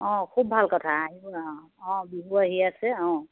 অঁ খুব ভাল কথা আহিব অঁ অঁ বিহু আহি আছে অঁ